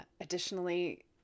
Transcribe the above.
Additionally